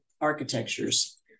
architectures